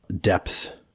depth